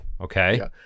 Okay